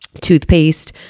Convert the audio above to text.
toothpaste